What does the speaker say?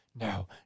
no